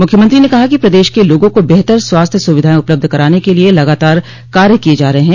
मुख्यमंत्री ने कहा कि प्रदेश के लोगों को बेहतर स्वास्थ्य सुविधाएं उपलब्ध कराने के लिए लगातार कार्य किये जा रहे हैं